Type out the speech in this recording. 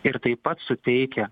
ir taip pat suteikia